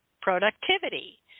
productivity